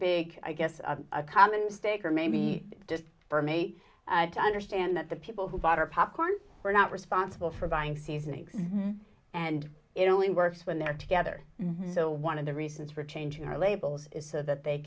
big i guess a common stake or maybe just for me to understand that the people who bought our popcorn were not responsible for buying season eggs and it only works when they're together so one of the reasons for changing our labels is so that they